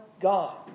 God